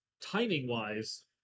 timing-wise